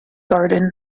garden